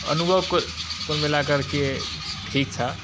अनुभव कुल मिला करके ठीक था